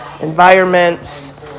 environments